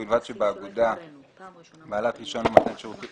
ולבד שבאגודה בעלת רישיון למתן שירותי